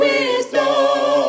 Wisdom